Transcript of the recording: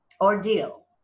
ordeal